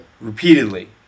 Repeatedly